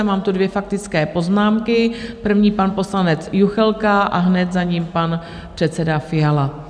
Mám tu dvě faktické poznámky, první pan poslanec Juchelka a hned za ním pan předseda Fiala.